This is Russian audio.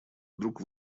вдруг